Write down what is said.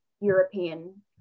European